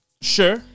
sure